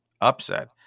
upset